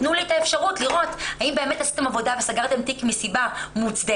תנו לי את האפשרות לראות אם באמת עשיתם את העבודה וסגתם תיק מסיבה מוצדקת